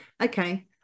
okay